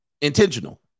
Intentional